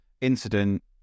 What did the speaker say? incident